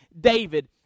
David